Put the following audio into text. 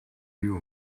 you